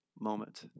moment